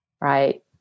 right